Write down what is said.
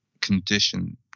condition